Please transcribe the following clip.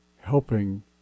helping